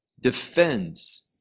defends